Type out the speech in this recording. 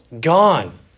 Gone